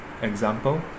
example